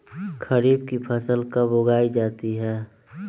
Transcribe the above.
खरीफ की फसल कब उगाई जाती है?